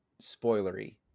spoilery